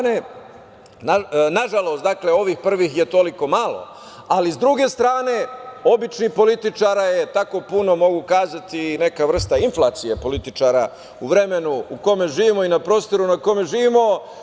Nažalost, ovih prvih je toliko malo, ali s druge strane, običnih političara je tako puno, mogu reći neka vrsta inflacije političara u vremenu u kome živimo i na prostoru na kome živimo.